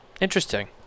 interesting